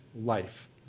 life